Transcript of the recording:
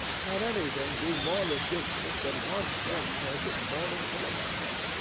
can anything be more ridiculous than one dead person mourning for another?